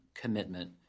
commitment